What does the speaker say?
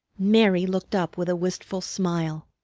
mary looked up with a wistful smile.